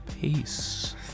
peace